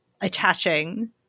attaching